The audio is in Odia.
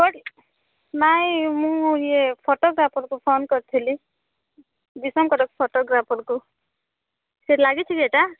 କେଉଁଠି ନାଇଁ ମୁଁ ଇଏ ଫଟୋଗ୍ରାଫର୍କୁ ଫୋନ୍ କରିଥିଲି ବିଷମକଟକ ଫଟୋଗ୍ରାଫର୍କୁ ସେଇଠି ଲାଗିଛି କି ଏଇଟା